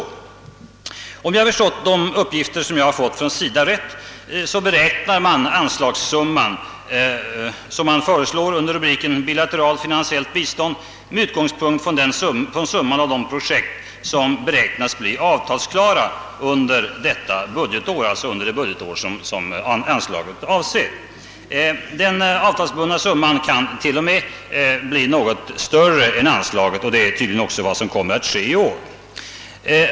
Om jag riktigt förstått de uppgifter jag fått från SIDA, så beräknar man den anslagssumma som man föreslagit under rubriken Bilateralt finansiellt utvecklingsbistånd med utgångspunkt från summan av de projekt som man räknar med skall bli avtalsklara under det budgetår som anslaget avser. Den avtalsbundna summan kan t.o.m. 'bli något större än anslaget, och det är tydligen vad som kommer att ske i år.